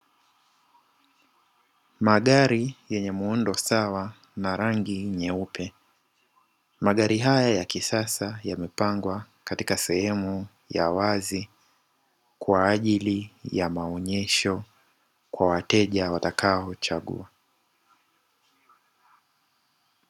Magari yenye muundo sawa na rangi nyeupe, magari haya ya kisasa yamepangwa katika sehemu ya wazi kwaajili ya maonyesho kwa wateja watakao chagua.